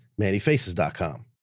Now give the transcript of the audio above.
mannyfaces.com